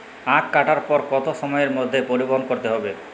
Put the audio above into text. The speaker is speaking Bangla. আখ কাটার পর কত সময়ের মধ্যে পরিবহন করতে হবে?